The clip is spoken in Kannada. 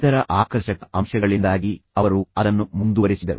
ಇತರ ಆಕರ್ಷಕ ಅಂಶಗಳಿಂದಾಗಿ ಅವರು ಅದನ್ನು ಮುಂದುವರೆಸಿದರು